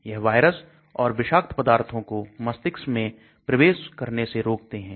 यह वायरस और विषाक्त पदार्थों को मस्तिष्क में प्रवेश करने से रोकते हैं